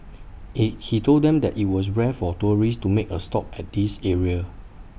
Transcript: hey he told them that IT was rare for tourists to make A stop at this area